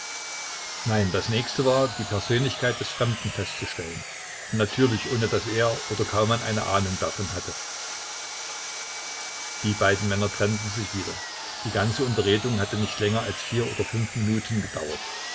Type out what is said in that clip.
nein das nächste war die persönlichkeit des fremden festzustellen natürlich ohne daß er oder kaumann eine ahnung davon hatte die beiden männer trennten sich wieder die ganze unterredung hatte nicht länger als vier oder fünf minuten gedauert